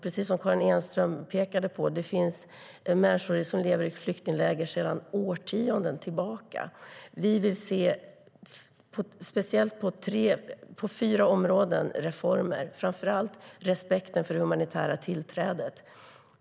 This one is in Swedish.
Precis som Karin Enström pekade på finns det människor som lever i flyktingläger sedan årtionden. Vi vill se reformer, speciellt på fyra områden. Framför allt gäller det respekten för humanitärt tillträde.